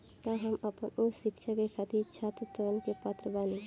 का हम आपन उच्च शिक्षा के खातिर छात्र ऋण के पात्र बानी?